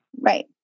Right